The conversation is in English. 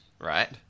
right